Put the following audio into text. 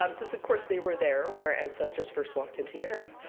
um since, of course, they were there when our ancestors first walked into europe.